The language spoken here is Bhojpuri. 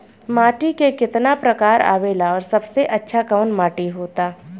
माटी के कितना प्रकार आवेला और सबसे अच्छा कवन माटी होता?